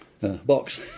box